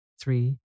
three